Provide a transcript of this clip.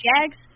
jags